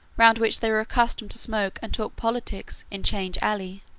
round which they were accustomed to smoke and talk politics, in change alley.